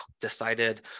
decided